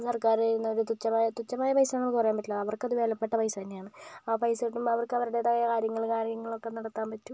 സർക്കാര് തരുന്ന ഒരു തുച്ഛമായ തുച്ഛമായ പൈസ എന്നൊന്നും നമുക്ക് പറയാൻ പറ്റില്ല അവർക്കത് വിലപ്പെട്ട പൈസ തന്നെയാണ് ആ പൈസ കിട്ടുമ്പോൾ അവർക്ക് അവരുടേതായ കാര്യങ്ങള് കാര്യങ്ങളൊക്കെ നടത്താൻ പറ്റും